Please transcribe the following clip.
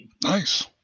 Nice